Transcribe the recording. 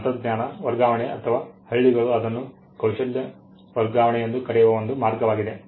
ತಂತ್ರಜ್ಞಾನ ವರ್ಗಾವಣೆ ಅಥವಾ ಹಳ್ಳಿಗಳು ಇದನ್ನು ಕೌಶಲ್ಯ ವರ್ಗಾವಣೆ ಎಂದು ಕರೆಯುವ ಒಂದು ಮಾರ್ಗವಾಗಿದೆ